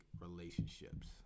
relationships